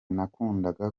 nakundaga